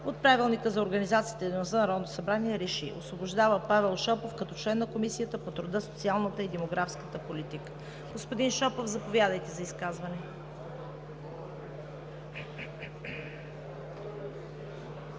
събрание РЕШИ: Освобождава Павел Шопов като член на Комисията по труда, социалната и демографската политика.“ Господин Шопов, заповядайте за изказване.